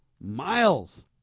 miles